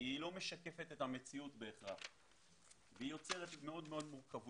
היא לא בהכרח משקפת את המציאות והיא יוצרת מורכבויות